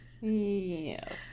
Yes